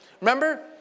Remember